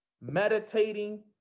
meditating